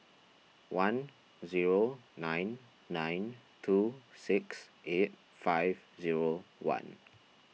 one zero nine nine two six eight five zero one